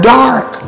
dark